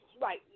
right